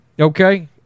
okay